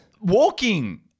Walking